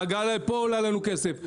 ההגעה לפה עולה לנו כסף.